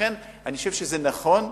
אני חושב שזה נכון,